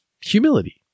humility